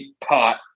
pot